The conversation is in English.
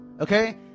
Okay